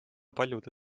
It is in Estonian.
paljude